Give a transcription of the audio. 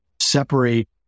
separate